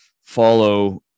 follow